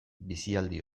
bizialdi